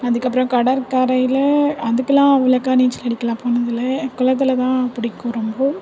அதுக்கப்புறம் கடற்கரையில் அதுக்கெல்லாம் அவ்வளோக்கா நீச்சல் அடிக்கலாம் போனதில்லை குளத்துலதான் பிடிக்கும் ரொம்ப